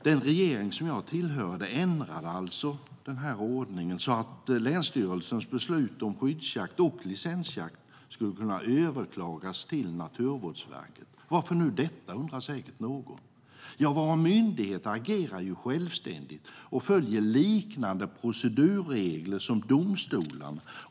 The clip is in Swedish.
Den regering som jag tillhörde ändrade alltså denna ordning så att länsstyrelsens beslut om skyddsjakt och licensjakt skulle kunna överklagas till Naturvårdsverket. Varför nu detta? undrar säkert någon. Våra myndigheter agerar självständigt och följer liknande procedurregler som domstolarna.